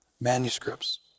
manuscripts